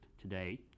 today